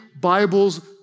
Bibles